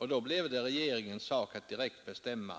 Det blev då regeringens sak att direkt bestämma.